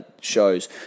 Shows